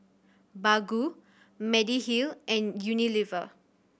Baggu Mediheal and Unilever